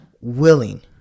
willing